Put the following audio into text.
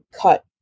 cut